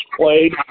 played